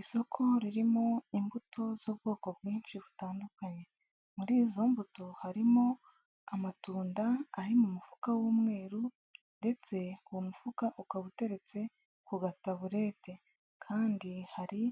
Isoko ririmo imbuto z'ubwoko bwinshi butandukanye, muri izo mbuto harimo amatunda ari mu mufuka w'umweru ndetse uwo mufuka ukaba uteretse ku gataburete kandi hari